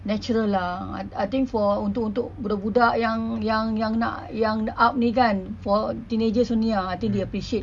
natural lah I think for untuk untuk budak-budak yang yang yang nak yang up ni kan for teenagers only lah I think they appreciate